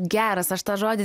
geras aš tą žodį